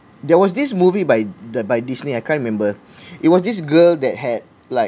there was this movie by the by disney I can't remember it was this girl that had like